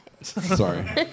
Sorry